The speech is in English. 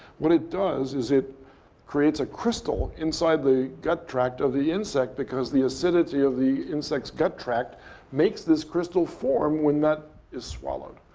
what it does is it creates a crystal inside the gut tract of the insect because the acidity of the insect's gut tract makes this crystal form when that is swallowed.